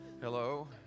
Hello